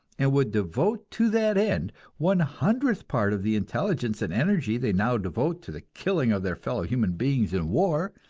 and would devote to that end one-hundredth part of the intelligence and energy they now devote to the killing of their fellow human beings in war,